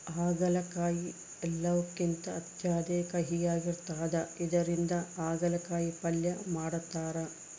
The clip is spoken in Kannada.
ಆಗಲಕಾಯಿ ಎಲ್ಲವುಕಿಂತ ಅತ್ಯಧಿಕ ಕಹಿಯಾಗಿರ್ತದ ಇದರಿಂದ ಅಗಲಕಾಯಿ ಪಲ್ಯ ಮಾಡತಾರ